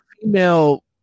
female